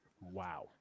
Wow